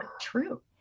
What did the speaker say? true